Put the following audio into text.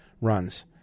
runs